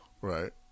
Right